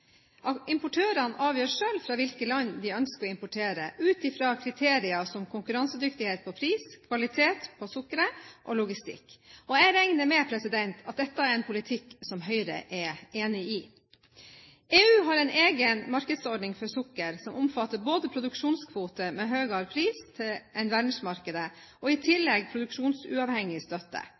markedet. Importørene avgjør selv fra hvilke land de ønsker å importere, ut ifra kriterier som konkurransedyktighet på pris, kvalitet på sukkeret og logistikk. Jeg regner med at dette er en politikk som Høyre er enig i. EU har en egen markedsordning for sukker som omfatter både produksjonskvoter med høyere pris enn verdensmarkedet og i tillegg produksjonsuavhengig støtte.